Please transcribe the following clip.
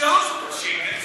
שיהרוס אותו.